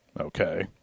okay